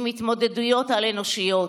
עם התמודדויות על-אנושיות.